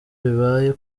bibaye